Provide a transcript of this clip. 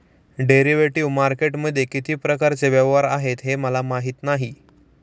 derivative मार्केटमध्ये किती प्रकारचे व्यवहार आहेत हे मला माहीत नाही